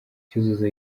cyuzuzo